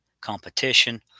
competition